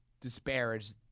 disparage